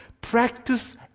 practice